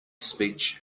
speech